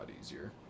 easier